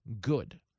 good